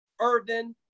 Irvin